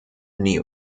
new